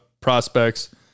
prospects